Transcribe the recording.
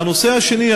הנושא השני,